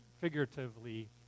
figuratively